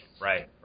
Right